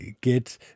get